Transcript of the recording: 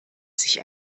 sich